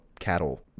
cattle